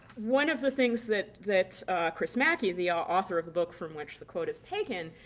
one of the things that that chris mackey the ah author of the book from which the quote is taken,